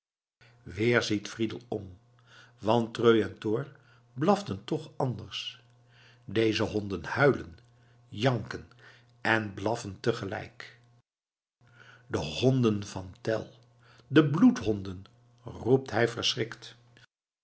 weer ziet fridel om want treu en thor blaften toch anders deze honden huilen janken en blaffen tegelijk de honden van tell de bloedhonden roept hij verschrikt